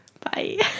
Bye